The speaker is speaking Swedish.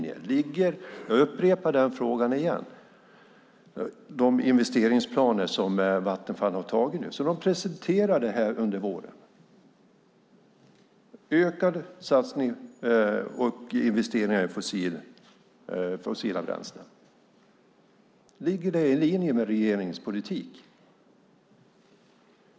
Jag upprepar frågan: Ligger investeringsplanerna som Vattenfall presenterade under våren på ökade satsningar och investeringar i fossila bränslen i linje med regeringens politik?